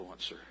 influencer